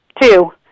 two